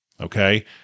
Okay